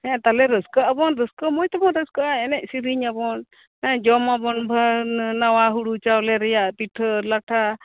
ᱦᱮᱸ ᱨᱟᱹᱥᱠᱟᱹᱜ ᱟᱵᱚᱱ ᱨᱟᱹᱥᱠᱟᱹ ᱢᱚᱸᱡ ᱛᱮᱵᱚᱱ ᱨᱟᱹᱥᱠᱟᱹᱜᱼᱟ ᱮᱱᱮᱡ ᱥᱮᱨᱮᱧᱟᱵᱚᱱ ᱦᱮᱸ ᱡᱚᱢᱟᱵᱚᱱ ᱵᱷᱟᱹᱣᱱᱟᱹ ᱱᱟᱣᱟ ᱦᱩᱲᱩ ᱪᱟᱣᱞᱮ ᱨᱮᱱᱟᱜ ᱯᱤᱴᱷᱟᱹᱼᱞᱟᱴᱷᱟ ᱦᱮᱸ